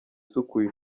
isukuye